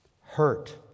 Hurt